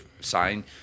sign